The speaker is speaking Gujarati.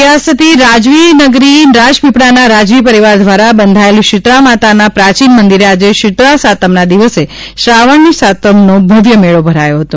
રિયાસતી રાજવી નગરી રાજપીપળાના રાજવી પરિવાર દ્વારા બંધાયેલ શીતળા માતાના પ્રાચીન મંદિરે આજે શીતળા સાતમના દિવસે શ્રાવણની સાતમનો ભવ્ય મેળો ભરાયો છે